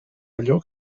allò